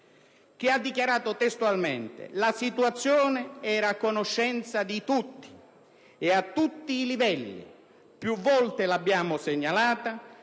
quale ha dichiarato testualmente: «La situazione era a conoscenza di tutti e a tutti i livelli. Più volte l'abbiamo segnalata